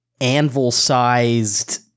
anvil-sized